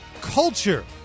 culture